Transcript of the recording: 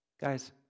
Guys